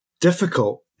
Difficult